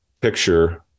picture